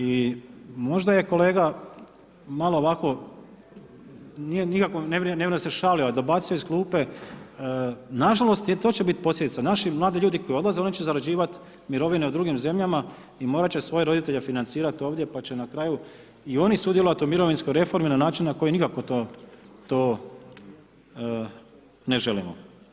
I možda je kolega malo ovako, ne vjerujem da se šalio, dobacio je iz klupe, nažalost to će biti posljedica, naši mladi ljudi koji odlaze, oni će zarađivat mirovine u drugim zemljama i morat će svoje roditelje financirat ovdje pa će na kraju i oni sudjelovat u mirovinskoj reformi na način na koji nikako to ne želimo.